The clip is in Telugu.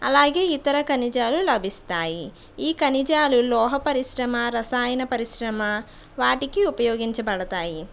అలాగే ఇతర ఖనిజాలు లభిస్తాయి ఈ ఖనిజాలు లోహ పరిశ్రమ రసాయన పరిశ్రమ వాటికి ఉపయోగించబడతాయి